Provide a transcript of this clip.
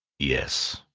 yes.